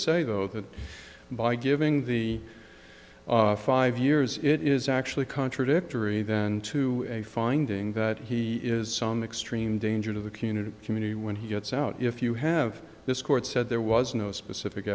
say though that by giving the five years it is actually contradictory then to a finding that he is some extreme danger to the community community when he gets out if you have this court said there was no specific